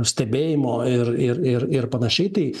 stebėjimo ir ir ir ir panašiai tai